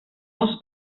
els